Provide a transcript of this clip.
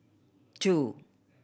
two